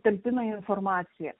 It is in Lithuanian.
talpina informaciją